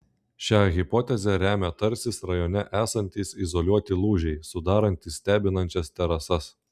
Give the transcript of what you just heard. šią hipotezę remia tarsis rajone esantys izoliuoti lūžiai sudarantys stebinančias terasas